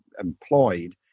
employed